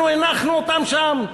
אנחנו הנחנו אותם שם?